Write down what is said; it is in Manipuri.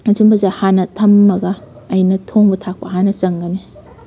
ꯑꯁꯨꯝꯕꯁꯦ ꯍꯥꯟꯅ ꯊꯝꯂꯒ ꯑꯩꯅ ꯊꯣꯡꯕ ꯊꯥꯛꯄ ꯍꯥꯟꯅ ꯆꯪꯒꯅꯤ